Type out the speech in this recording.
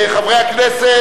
חברי הכנסת,